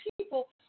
people